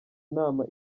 nama